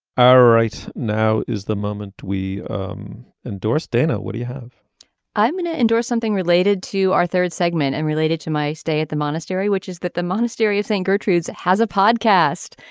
right now is the moment we um endorse. dana what do you have i'm going to endorse something related to our third segment and related to my stay at the monastery which is that the monastery of saint gertrude's has a podcast.